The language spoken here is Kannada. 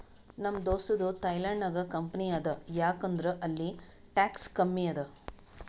ನಮ್ ದೋಸ್ತದು ಥೈಲ್ಯಾಂಡ್ ನಾಗ್ ಕಂಪನಿ ಅದಾ ಯಾಕ್ ಅಂದುರ್ ಅಲ್ಲಿ ಟ್ಯಾಕ್ಸ್ ಕಮ್ಮಿ ಅದಾ